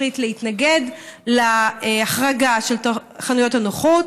החלטנו להתנגד להחרגה של חנויות הנוחות,